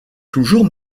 toujours